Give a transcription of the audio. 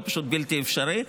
זה פשוט בלתי אפשרי.